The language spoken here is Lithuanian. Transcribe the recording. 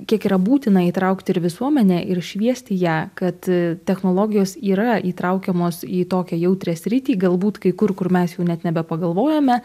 kiek yra būtina įtraukti ir visuomenę ir šviesti ją kad technologijos yra įtraukiamos į tokią jautrią sritį galbūt kai kur kur mes jau net nebepagalvojome